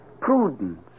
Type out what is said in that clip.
Prudence